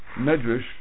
medrash